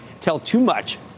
tell-too-much